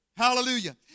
Hallelujah